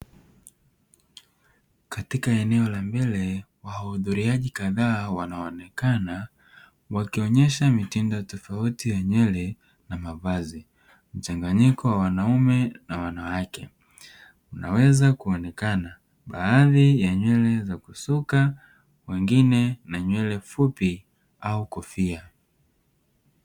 Katika eneo la mbele, wahudhuriaji kadhaa wanaonekana wakionyesha mitindo tofauti ya nywele na mavazi. Mchanganyiko wa wanaume na wanawake unaweza kuonekana; baadhi ya nywele za kusuka wengine na nywele fupi au kofia.